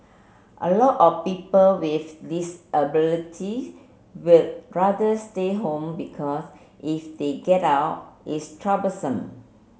a lot of people with disability would rather stay home because if they get out it's troublesome